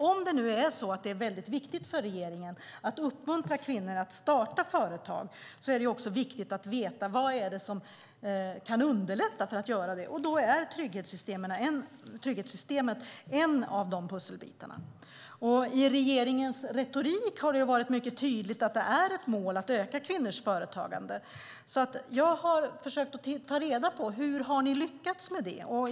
Om det nu är väldigt viktigt för regeringen att uppmuntra kvinnor att starta företag är det viktigt att få veta vad som kan underlätta för kvinnor att göra. Då är trygghetssystemet en av pusselbitarna. I regeringens retorik har det varit mycket tydligt att det är ett mål att öka kvinnors företagande. Jag har försökt ta reda på hur ni har lyckats med det.